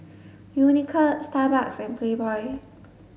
Unicurd Starbucks and Playboy